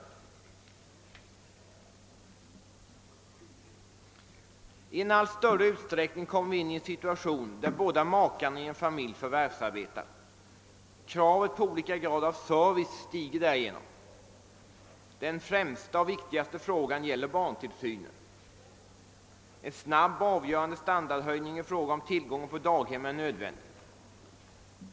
Vi kommer i allt större utsträckning till en situation där båda makarna i en familj förvärvsarbetar. Kravet på olika grad av service stiger därigenom. Den främsta och viktigaste frågan gäller barntillsynen. En snabb och avgörande standardhöjning i fråga om tillgången på daghem är nödvändig.